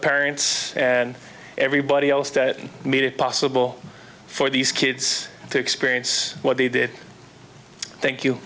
parents and everybody else that made it possible for these kids to experience what they did thank you